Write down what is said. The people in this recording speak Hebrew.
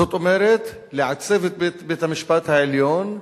זאת אומרת, לעצב את בית-המשפט העליון,